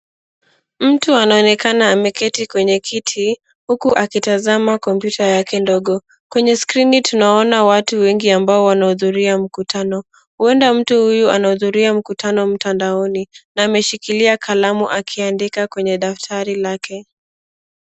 Mtu anaonekana ameketi kwenye kiti huku akitazama kompyuta yake ndogo. Kwenye skrini tunaona watu wengi ambao wanahudhuria mkutano, huenda mtu huyu anahudhuria mkutano mtandaoni na ameshikilia kalamu akiandika kwenye daftari lake.